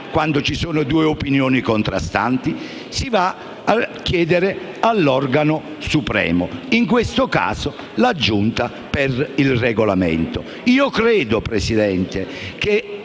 quando ci sono due opinioni contrastanti? Si va a chiedere all'organo supremo, in questo caso la Giunta per il Regolamento. Signor Presidente, la